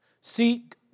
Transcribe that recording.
Seek